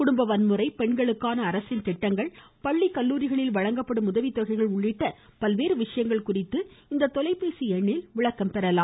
குடும்ப வன்முறை பெண்களுக்கான அரசின் திட்டங்கள் பள்ளிக்கல்லூரிகளில் வழங்கப்படும் உதவித்தொகைகள் உள்ளிட்ட பல்வேறு விஷயங்கள் குறித்து இந்த தொலைபேசி எண்ணில் விளக்கம் பெறலாம்